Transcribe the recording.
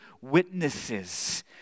witnesses